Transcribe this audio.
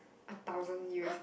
a thousand U_S